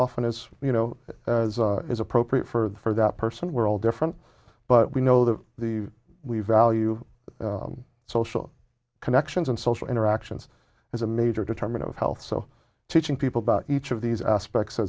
often as you know is appropriate for the for that person we're all different but we know that the we value social connections and social interactions is a major determinant of health so teaching people about each of these aspects